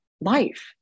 life